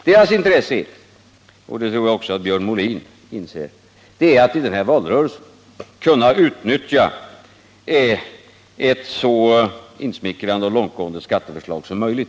Deras intresse är — och det tror jag att också Björn Molin inser - att i denna valrörelse i kverulansens namn kunna utnyttja ett så insmickrande och långtgående skatteförslag som möjligt.